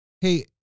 Hey